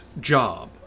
job